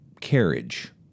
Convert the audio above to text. carriage